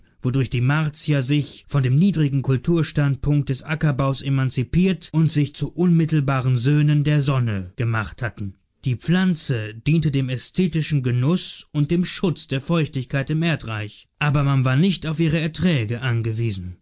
wodurch die martier sich von dem niedrigen kulturstandpunkt des ackerbaues emanzipiert und sich zu unmittelbaren söhnen der sonne gemacht hatten die pflanze diente dem ästhetischen genuß und dem schutz der feuchtigkeit im erdreich aber man war nicht auf ihre erträge angewiesen